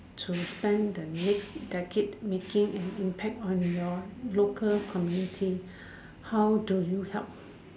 to spend the next decade making an impact on your local community how do you help